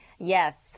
Yes